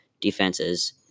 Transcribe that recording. defenses